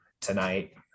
tonight